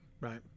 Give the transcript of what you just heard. right